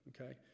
okay